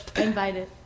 invited